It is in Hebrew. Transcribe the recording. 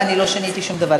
ואני לא שיניתי שום דבר.